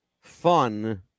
fun